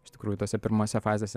iš tikrųjų tose pirmose fazėse